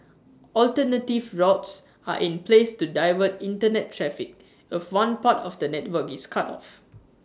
alternative routes are in place to divert Internet traffic if one part of the network is cut off